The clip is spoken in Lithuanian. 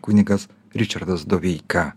kunigas ričardas doveika